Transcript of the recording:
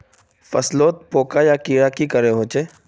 फसलोत पोका या कीड़ा की करे होचे?